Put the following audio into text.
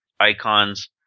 Icons